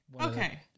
Okay